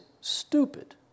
stupid